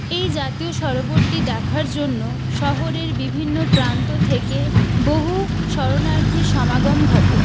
এই জাতীয় সরোবরটি দেখার জন্য শহরের বিভিন্ন প্রান্ত থেকে বহু শরণার্থীর সমাগম ঘটে